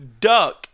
duck